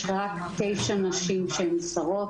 יש רק תשע נשים שהיו שרות,